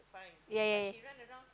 ya ya